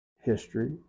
history